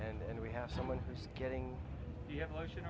phone and we have someone who's getting the evolution